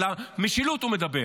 אלא משילות הוא מדבר.